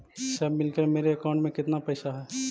सब मिलकर मेरे अकाउंट में केतना पैसा है?